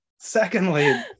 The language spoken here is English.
Secondly